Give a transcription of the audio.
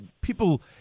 people